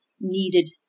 needed